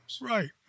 Right